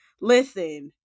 Listen